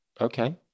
Okay